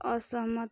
असहमत